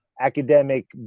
academic